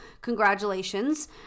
congratulations